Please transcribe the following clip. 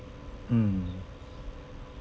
mm